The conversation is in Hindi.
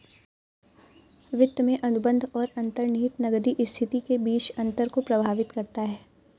वित्त में अनुबंध और अंतर्निहित नकदी स्थिति के बीच के अंतर को प्रभावित करता है